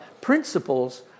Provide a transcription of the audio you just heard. Principles